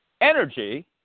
energy